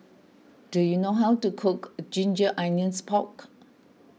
do you know how to cook Ginger Onions Pork